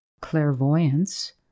clairvoyance